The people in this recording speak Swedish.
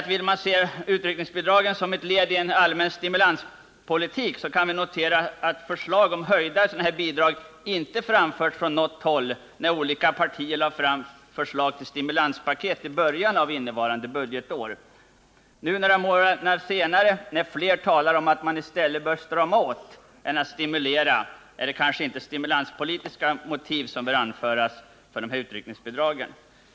Vill man se utryckningsbidragen som ett led i en stimulanspolitik, kan vi notera att krav på höjda sådana bidrag inte framfördes när olika partier lade fram sina förslag om stimulanspaket i början av innevarande budgetår. Nu, när allt Aer i stället talar om att man snarare bör strama åt än stimulera, är det kanske inte stimulanspolitiska motiv som bör anföras för de här utryckningsbidragen.